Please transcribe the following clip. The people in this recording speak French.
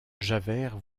javert